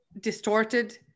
Distorted